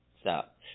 Stop